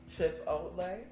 Chipotle